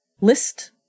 list